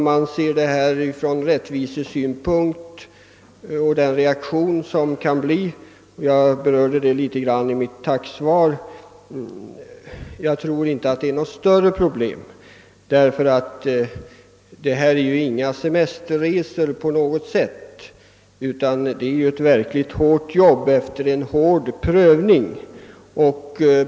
I mitt tack för interpellationssvaret berörde jag något litet vissa rättvisesynpunkter som kan anläggas på denna verksamhet och den reaktion däremot som kan uppstå. Jag tror dock inte att detta kommer att medföra några svårare problem. Det gäller nämligen inte några resor av semesterkaraktär, utan det är ett verkligt hårt jobb som måste utföras av personer, utvalda efter noggrann prövning.